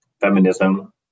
feminism